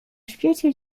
świecie